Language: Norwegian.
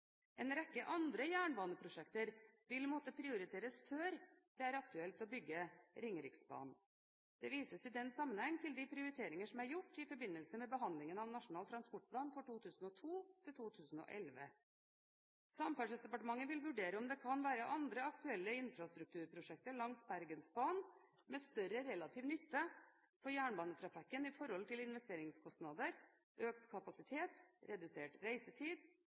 En rekke andre jernbaneprosjekter vil måtte prioriteres før det er aktuelt å bygge Ringeriksbanen. Det vises i denne sammenheng til de prioriteringer som er gjort i forbindelse med behandlingen av Nasjonal transportplan 2002–2011. Samferdselsdepartementet vil vurdere om det kan være andre aktuelle infrastrukturprosjekter langs Bergensbanen med større relativ nytte for jernbanetrafikken i forhold til investeringskostnader, økt kapasitet, redusert reisetid